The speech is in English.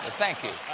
ah thank you.